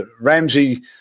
Ramsey